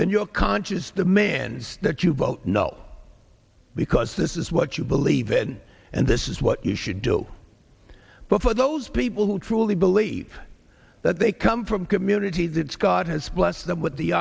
then you're conscious the man's that you vote no because this is what you believe in and this is what you should do but for those people who truly believe that they come from community that scott has blessed them with the